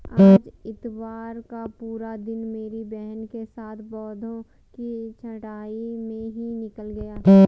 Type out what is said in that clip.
आज इतवार का पूरा दिन मेरी बहन के साथ पौधों की छंटाई में ही निकल गया